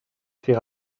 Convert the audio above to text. fait